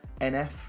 NF